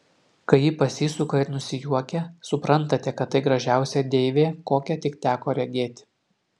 kai ji pasisuka ir nusijuokia suprantate kad tai gražiausia deivė kokią tik teko regėti